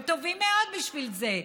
הם טובים מאוד בשביל זה,